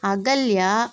Ahalya